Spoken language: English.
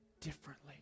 differently